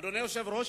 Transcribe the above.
אדוני היושב-ראש,